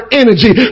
energy